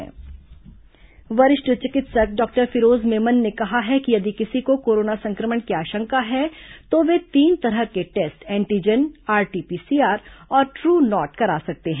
corona doctor appeal वरिष्ठ चिकित्सक doctor Firoz Memon ने कहा है कि यदि किसी को कोरोना संक्रमण की आशंका है तो वे तीन तरह के टेस्ट एंटीजन आरटी पीसीआर और ट्रू नॉट करा सकते हैं